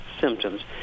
symptoms